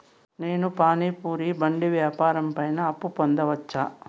నేను పానీ పూరి బండి వ్యాపారం పైన అప్పు పొందవచ్చా?